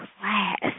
class